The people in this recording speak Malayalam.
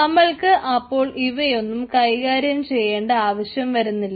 നമ്മൾക്ക് അപ്പോൾ ഇവയൊന്നും കൈകാര്യം ചെയ്യേണ്ട ആവശ്യം വരുന്നില്ല